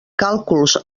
càlculs